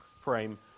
frame